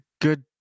good